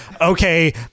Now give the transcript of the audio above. Okay